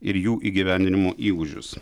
ir jų įgyvendinimo įgūdžius